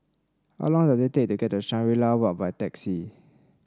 how long does it take to get to Shangri La Walk by taxi